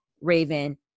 Raven